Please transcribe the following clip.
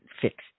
fixed